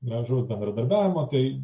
gražaus bendradarbiavimo tai